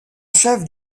chef